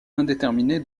indéterminée